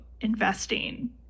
investing